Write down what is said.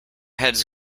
heads